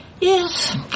Yes